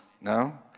No